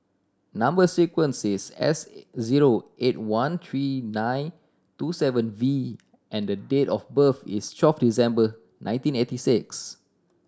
number sequence is S zero eight one three nine two seven V and date of birth is twelve December nineteen eighty six